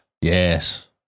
Yes